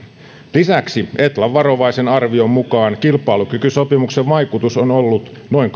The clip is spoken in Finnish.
lisäksi etlan varovaisen arvion mukaan kilpailukykysopimuksen vaikutus on ollut noin